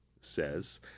says